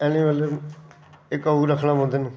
animal एह् कऊ रक्खने पौंदे न